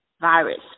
virus